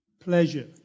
pleasure